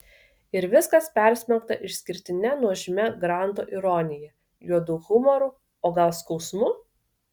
ir viskas persmelkta išskirtine nuožmia granto ironija juodu humoru o gal skausmu